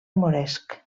moresc